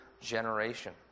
generation